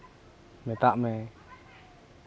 ᱢᱮᱛᱟᱜ ᱢᱮ